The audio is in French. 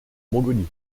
mongolie